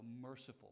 merciful